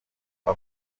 ako